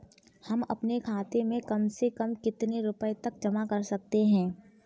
हम अपने खाते में कम से कम कितने रुपये तक जमा कर सकते हैं?